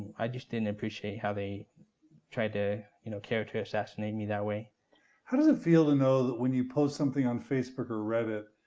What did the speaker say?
i just didn't appreciate how they tried to you know character assassinate me that way. john how does it feel to know that, when you post something on facebook or reddit,